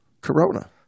Corona